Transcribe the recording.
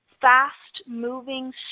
fast-moving